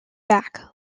back